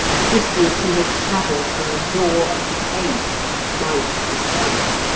the distance he has travelled from the law of the ape might is right.